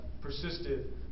persisted